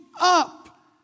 up